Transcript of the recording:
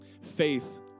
Faith